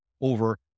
over